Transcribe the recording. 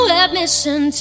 admission